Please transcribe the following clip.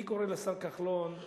אני קורא לשר כחלון,